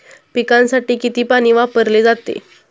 पिकांसाठी किती पाणी वापरले जाते?